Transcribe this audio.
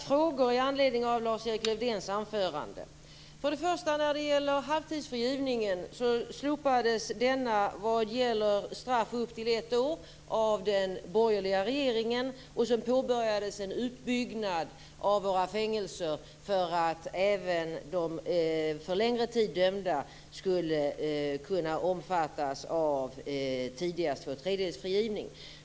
Fru talman! Jag vill ställa några frågor i anslutning till Lars-Erik Lövdéns anförande. Halvtidsfrigivningen slopades vad gäller straff upp till ett år av den borgerliga regeringen. Sedan påbörjades en utbyggnad av våra fängelser för att även de för längre tid dömda skulle kunna omfattas av tidigast tvåtredjedelsfrigivning.